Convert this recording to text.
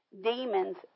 demons